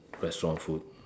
restaurant food